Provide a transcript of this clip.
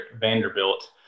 Vanderbilt